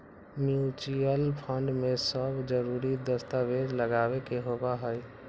mutual fund में सब जरूरी दस्तावेज लगावे के होबा हई